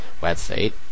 website